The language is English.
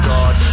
God